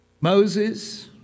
Moses